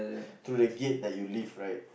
through the gate that you live right